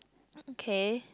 okay